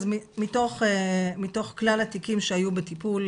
מתוך כלל התיקים שהיו בטיפול,